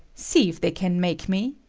see if they can make me.